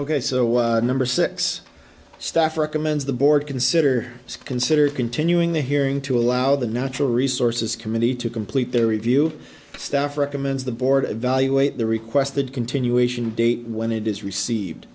so number six staff recommends the board consider consider continuing the hearing to allow the natural resources committee to complete their review staff recommends the board evaluate the requested continuation date when it is received